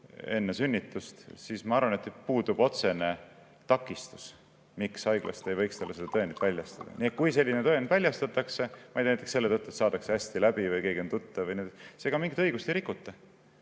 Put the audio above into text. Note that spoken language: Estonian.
enne sünnitust, siis puudub otsene takistus, miks haigla ei võiks talle seda tõendit väljastada. Nii et kui selline tõend väljastatakse, ma ei tea, näiteks selle tõttu, et saadakse hästi läbi või keegi on tuttav, siis mingit õigust ei rikuta.